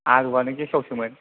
आलुआनो गेसावसोमोन